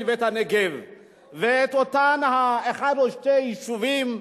ואת הנגב ואת אותם אחד או שניים היישובים,